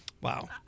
Wow